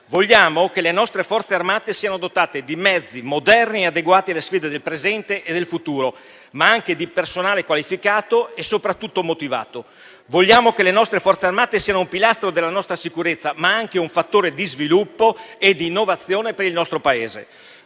Vogliamo che le nostre Forze armate siano dotate di mezzi moderni e adeguati alle sfide del presente e del futuro, ma anche di personale qualificato e soprattutto motivato. Vogliamo che le nostre Forze armate siano un pilastro della nostra sicurezza, ma anche un fattore di sviluppo e di innovazione per il nostro Paese.